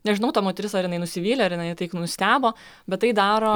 nežinau ta moteris ar jinai nusivylė ar jinai tik nustebo bet tai daro